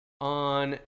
on